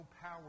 power